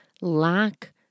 lack